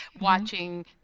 watching